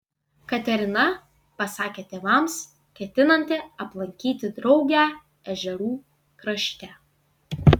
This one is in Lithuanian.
katerina pasakė tėvams ketinanti aplankyti draugę ežerų krašte